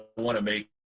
but wanna make